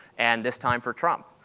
and this time for trump.